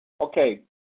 okay